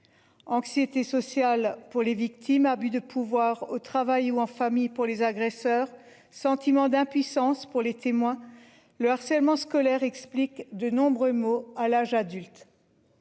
Anxiété sociale pour les victimes. Abus de pouvoir au travail ou en famille pour les agresseurs, sentiment d'impuissance pour les témoins le harcèlement scolaire explique de nombreux mots à l'âge adulte.